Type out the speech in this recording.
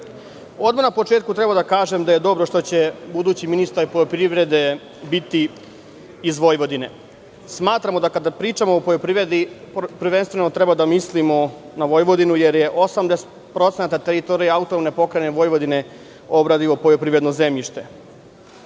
na početku treba da kažem da je dobro što je budući ministar poljoprivrede iz Vojvodine. Smatramo, da kada pričamo o poljoprivredi, prvenstveno treba da mislimo na Vojvodinu, jer je 80% teritorije AP Vojvodine obradivo poljoprivredno zemljište.